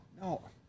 No